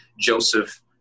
joseph